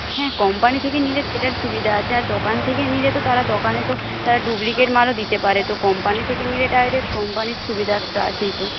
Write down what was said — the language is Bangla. হ্যাঁ কোম্পানি থেকে নিলে সেটার সুবিধা আছে আর দোকান থেকে নিলে তো তারা দোকানে তো তারা ডুপ্লিকেট মালও দিতে পারে তো কোম্পানি থেকে নিলে ডাইরেক্ট কোম্পানির সুবিধা একটা আছেই তো